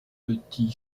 petit